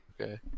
Okay